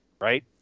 right